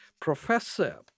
Professor